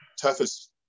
toughest